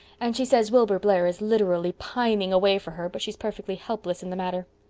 and she says wilbur blair is literally pining away for her but she's perfectly helpless in the matter.